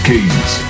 Kings